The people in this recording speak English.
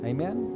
Amen